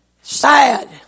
Sad